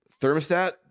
Thermostat